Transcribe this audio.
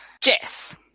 Jess